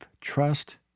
trust